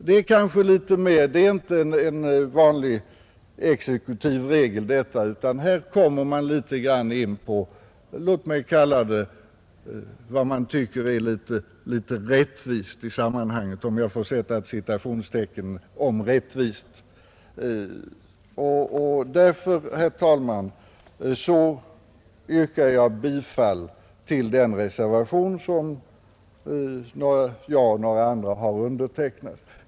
Det är inte fråga om en vanlig exekutivregel, utan man kommer i detta sammanhang in på bedömningen av vad som kan tyckas vara ”rättvist”. Därför, herr talman, yrkar jag bifall till den reservation som jag och några andra ledamöter har undertecknat.